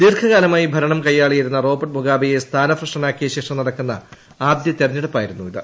ദീർഘകാലമായി ഭരണം കയ്യാളിയിരുന്ന റോബർട്ട് മുഗാബെയെ സ്ഥാനഭ്രഷ്ടനാക്കിയശേഷം നടക്കുന്ന ആദ്യ തെരഞ്ഞെടുപ്പായിരുന്നു ഇത്